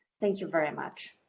thank you very much.